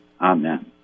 Amen